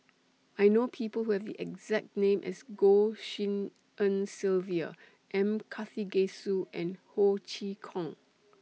I know People Who Have The exact name as Goh Tshin En Sylvia M Karthigesu and Ho Chee Kong